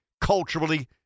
culturally